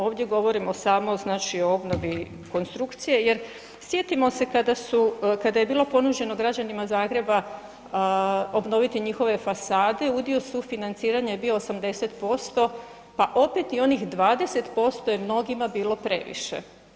Ovdje govorimo samo znači o obnovi konstrukcije jer sjetimo se kada je bilo ponuđeno građanima Zagreba obnoviti njihove fasada udio sufinanciranja je bio 80% pa opet i onih 20% je mnogima bilo previše.